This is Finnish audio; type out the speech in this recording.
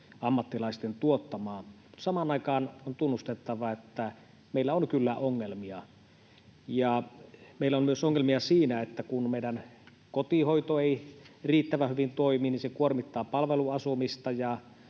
ammattilaisten tuottamaa. Samaan aikaan on tunnustettava, että meillä on kyllä ongelmia. Meillä on ongelmia myös siinä, että kun meidän kotihoito ei toimi riittävän hyvin, niin se kuormittaa palveluasumista